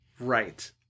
Right